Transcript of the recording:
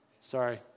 Sorry